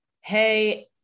hey